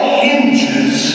hinges